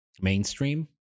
mainstream